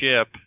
ship